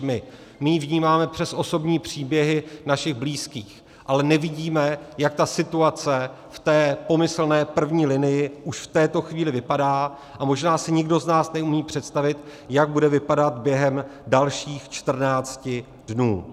My ji vnímáme přes osobní příběhy našich blízkých, ale nevidíme, jak ta situace v té pomyslné první linii už v této chvíli vypadá, a možná si nikdo z nás neumí představit, jak bude vypadat během dalších čtrnácti dnů.